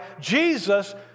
Jesus